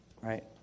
right